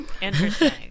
Interesting